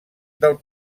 del